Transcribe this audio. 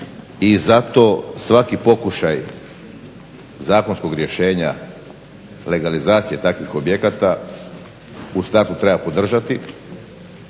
i zato svaki pokušaj zakonskog rješenja legalizacije takvih objekata u startu treba podržati.